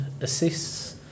assists